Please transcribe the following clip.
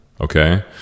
Okay